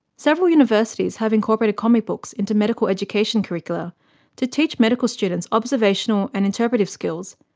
several universities have incorporated comic books into medical education curricula to teach medical students observational and interpretive skills,